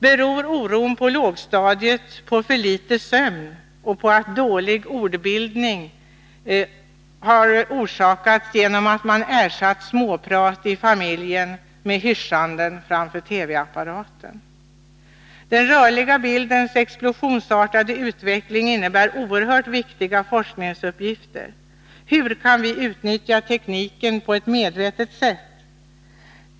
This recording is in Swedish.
Beror oron på lågstadiet på för litet sömn och på dålig ordbildning genom att småprat i familjen ersatts med hyssjanden framför TV-apparaten? Den rörliga bildens explosionsartade utveckling innebär oerhört viktiga forskningsuppgifter. Hur kan vi utnyttja tekniken på ett medvetet sätt?